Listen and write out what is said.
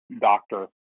doctor